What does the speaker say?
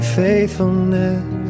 faithfulness